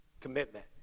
commitment